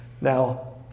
Now